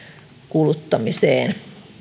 kuluttamiseen